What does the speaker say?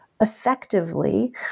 effectively